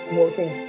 working